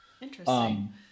Interesting